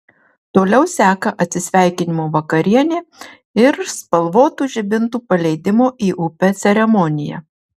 toliau seka atsisveikinimo vakarienė ir spalvotų žibintų paleidimo į upę ceremonija